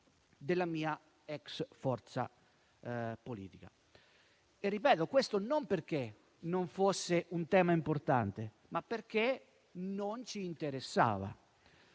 della mia ex forza politica. E ripeto non perché non fosse un tema importante, ma perché non ci interessava.